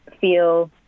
feel